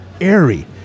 airy